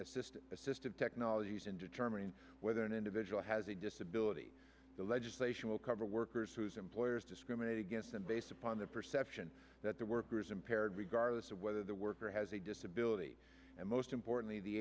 assisted assisted technologies in determining whether an individual has a disability the legislation will cover workers whose employers discriminate against them based upon the perception that their workers impaired regardless of whether the has a disability and most importantly the